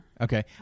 Okay